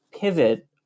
pivot